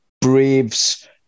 Braves